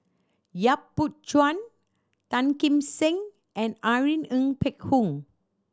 Yap Boon Chuan Tan Kim Seng and Irene Ng Phek Hoong